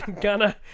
Gunner